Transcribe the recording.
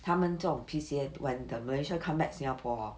他们这种 P_C_A when the malaysia come back singapore hor